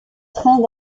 train